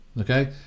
okay